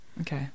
Okay